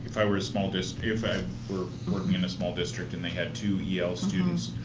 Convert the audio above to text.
i were a small district, if i were working in a small district and they had two yeah el students,